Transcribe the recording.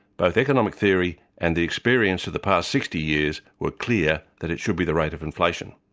both economic theory and the experience of the past sixty years were clear that it should be the rate of inflation.